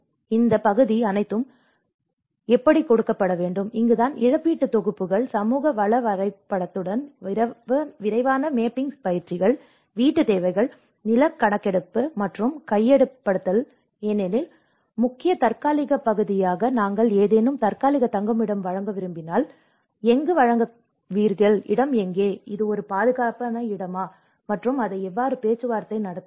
எனவே இந்த பகுதி அனைத்தும் கொடுக்கப்பட வேண்டும் இங்குதான் இழப்பீட்டுத் தொகுப்புகள் சமூக வள வரைபடத்துடன் விரைவான மேப்பிங் பயிற்சிகள் வீட்டுத் தேவைகள் நிலம்கணக்கெடுப்பு மற்றும் கையகப்படுத்தல் ஏனெனில் முக்கிய தற்காலிக பகுதியாக நாங்கள் ஏதேனும் தற்காலிக தங்குமிடம் வழங்க விரும்பினால் நீங்கள் எங்கு வழங்குகிறீர்கள் இடம் எங்கே இது ஒரு பாதுகாப்பான இடம் மற்றும் அதை எவ்வாறு பேச்சுவார்த்தை நடத்துவது